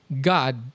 God